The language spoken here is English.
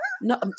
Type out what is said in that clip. No